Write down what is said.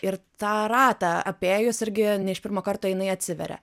ir tą ratą apėjus irgi ne iš pirmo karto jinai atsiveria